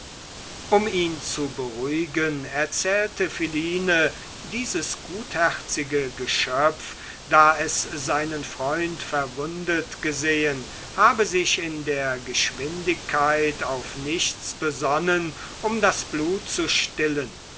um ihn zu beruhigen erzählte philine dieses gutherzige geschöpf da es seinen freund verwundet geschen habe sich in der geschwindigkeit auf nichts besonnen um das blut zu stillen